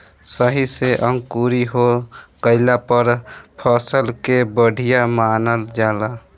सही से अंकुरी हो गइला पर फसल के बढ़िया मानल जाला